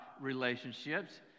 relationships